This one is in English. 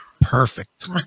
Perfect